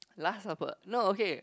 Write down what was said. last supper no okay